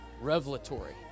revelatory